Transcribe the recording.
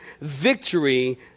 Victory